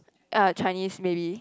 uh Chinese maybe